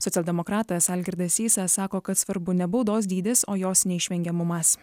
socialdemokratas algirdas sysas sako kad svarbu ne baudos dydis o jos neišvengiamumas